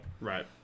Right